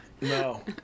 No